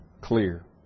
clear